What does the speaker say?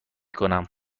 کنم